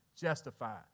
Justified